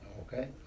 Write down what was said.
Okay